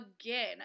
again